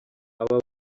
aba